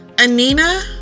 Anina